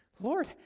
Lord